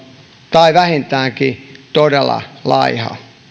tai vähintäänkin todella laiha